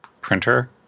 printer